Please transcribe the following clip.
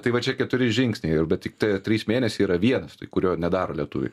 tai va čia keturi žingsniai ir bet tiktai tie trys mėnesiai yra vienas tai kurio nedaro lietuviai